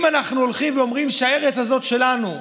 אם אנחנו הולכים ואומרים שהארץ הזאת שלנו,